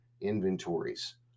inventories